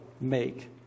make